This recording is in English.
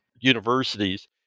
universities